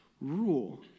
rule